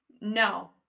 No